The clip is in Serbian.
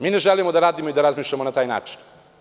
Mi ne želimo da radimo i da razmišljamo na taj način.